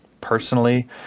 personally